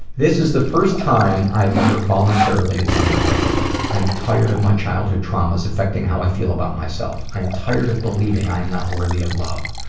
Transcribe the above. this is the first time i've ever voluntarily attended therapy. i am tired of my childhood traumas affecting how i feel about myself. i am tired of believing i am not worthy of love.